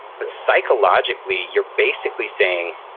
but psychologically, you're basically saying,